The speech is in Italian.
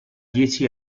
dieci